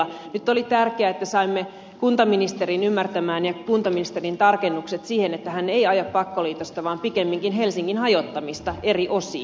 nyt oli tärkeää että saimme kuntaministerin ymmärtämään ja kuntaministerin tarkennukset siihen että hän ei aja pakkoliitosta vaan pikemminkin helsingin hajottamista eri osiin